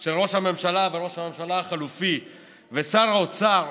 של ראש הממשלה, ראש הממשלה החלופי ושר האוצר,